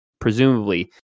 presumably